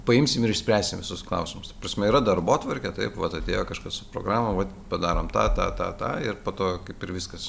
paimsim ir išspręsim visus klausimus ta prasme yra darbotvarkė taip vat atėjo kažkas su programa vat padarom tą tą tą ir po to kaip ir viskas